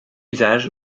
usage